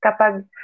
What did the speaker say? kapag